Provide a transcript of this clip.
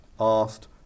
asked